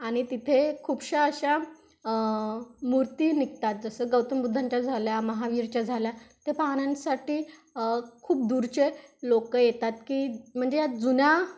आणि तिथे खूपशा अशा मूर्ती निघतात जसं गौतम बुद्धांच्या झाल्या महावीरच्या झाल्या ते पाहण्यासाठी खूप दूरचे लोकं येतात की म्हणजे या जुन्या